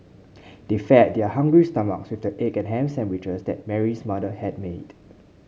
they fed their hungry stomachs with the egg and ham sandwiches that Mary's mother had made